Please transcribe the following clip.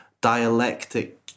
dialectic